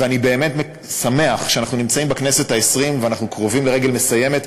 ואני באמת שמח שאנחנו נמצאים בכנסת העשרים ואנחנו קרובים לרגל מסיימת.